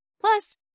Plus